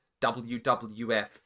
WWF